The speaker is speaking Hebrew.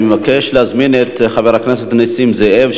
אני מבקש להזמין את חבר הכנסת נסים זאב,